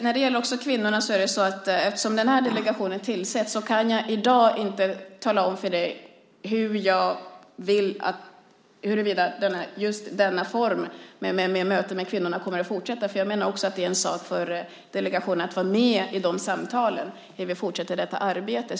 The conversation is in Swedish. När det gäller kvinnorna är det så att eftersom den här delegationen tillsätts kan jag i dag inte tala om huruvida just denna form, med möten med kvinnorna, kommer att fortsätta. Jag menar att det också är en sak för delegationen att ha med i samtalen om hur vi fortsätter detta arbete.